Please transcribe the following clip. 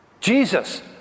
Jesus